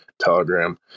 Telegram